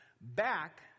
back